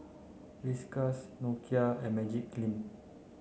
Whiskas Nokia and Magiclean